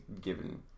given